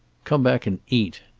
come back and eat,